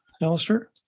Alistair